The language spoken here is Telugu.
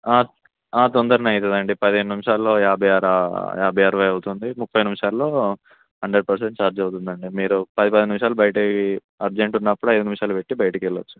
తొందరనే అవుతుందండీ పదిహేను నిమిషాల్లో యాభై యాభై అరవై అవుతుంది ముప్పై నిమిషాల్లో హండ్రెడ్ పర్సెంట్ ఛార్జ్ అవుతుందండి మీరు పది పది నిమిషాలు బయట అర్జెంట్ ఉన్నప్పుడు ఐదు నిమిషాలు పెట్టీ బయటకెళ్ళొచ్చు